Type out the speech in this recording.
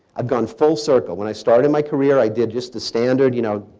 i've gone full circle. when i started my career i did just the standard, you know,